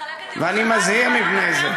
אני מזהיר מפני זה.